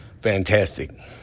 fantastic